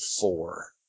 four